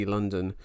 London